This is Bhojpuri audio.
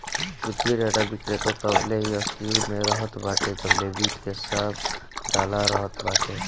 वित्तीय डाटा विक्रेता तबले ही अस्तित्व में रहत बाटे जबले वित्त के सब डाला रहत बाटे